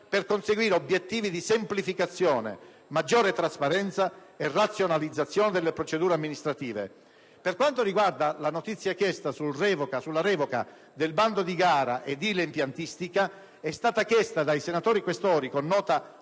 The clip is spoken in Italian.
per conseguire obiettivi di semplificazione, maggiore trasparenza e razionalizzazione delle procedure amministrative. Per quanto riguarda la notizia sulla revoca del bando di gara edile-impiantistica, essa è stata chiesta dai senatori Questori con nota